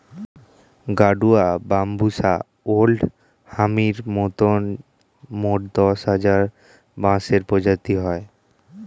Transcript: গাডুয়া, বাম্বুষা ওল্ড হামির মতন মোট দশ হাজার বাঁশের প্রজাতি হয়